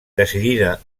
decidida